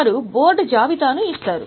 వారు బోర్డు జాబితాను ఇస్తారు